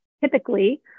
typically